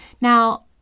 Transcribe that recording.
Now